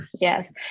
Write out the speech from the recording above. Yes